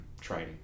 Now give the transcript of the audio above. training